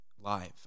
live